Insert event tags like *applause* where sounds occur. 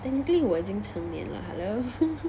technically 我已经成年了 hello *laughs*